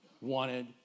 wanted